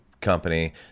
company